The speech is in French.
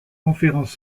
conférence